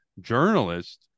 journalist